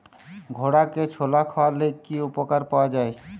ঘোড়াকে ছোলা খাওয়ালে কি উপকার পাওয়া যায়?